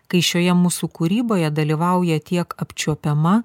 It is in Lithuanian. kai šioje mūsų kūryboje dalyvauja tiek apčiuopiama